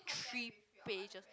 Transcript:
three pages